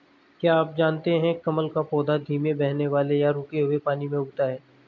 क्या आप जानते है कमल का पौधा धीमे बहने वाले या रुके हुए पानी में उगता है?